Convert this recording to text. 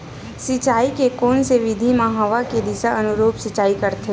सिंचाई के कोन से विधि म हवा के दिशा के अनुरूप सिंचाई करथे?